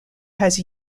has